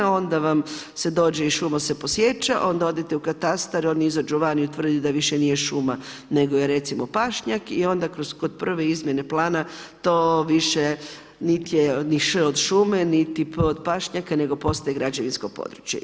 Onda vam se dođe i šuma se posječe, onda odete u katastar, oni izađu van i utvrde da više nije šuma, nego je recimo pašnjak i onda kod prve izmjene plana, to više, niti je š od šume, niti p od pašnjaka, nego postoji građevinsko područje.